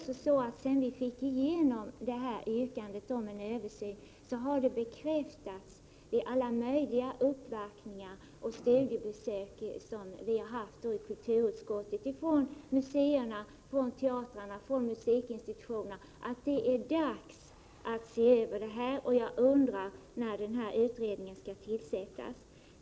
Sedan vi fick igenom yrkandet om en översyn har det bekräftats vid alla möjliga uppvaktningar och studiebesök som vi haft i kulturutskottet från museer, teatrar, musikinstitutioner m.m. att det är dags för en översyn. Jag undrar nu när utredningen kommer att tillsättas.